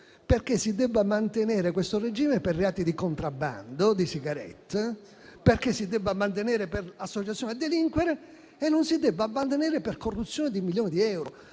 perché si debba mantenere questo regime per reati di contrabbando di sigarette, perché si debba mantenere per associazione a delinquere e non si debba mantenere per corruzione per milioni di euro.